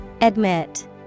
Admit